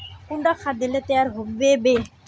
कुंडा खाद दिले तैयार होबे बे?